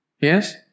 yes